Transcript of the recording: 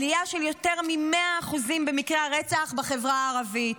עלייה של יותר מ-100% אחוזים במקרי הרצח בחברה הערבית,